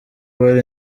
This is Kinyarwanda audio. bari